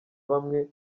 bamwe